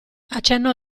accennò